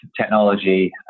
technology